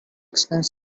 expensive